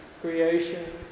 creation